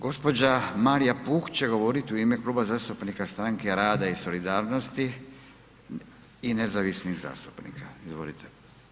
Gđa. Marija Puh će govorit u ime Kluba zastupnika Stranke rada i solidarnosti i nezavisnih zastupnika, izvolite.